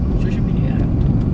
social media ah